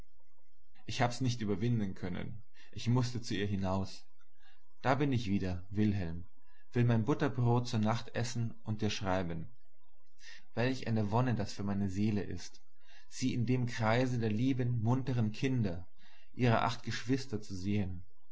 ich hab's nicht überwinden können ich mußte zu ihr hinaus da bin ich wieder wilhelm will mein butterbrot zu nacht essen und dir schreiben welch eine wonne das für meine seele ist sie in dem kreise der lieben muntern kinder ihrer acht geschwister zu sehen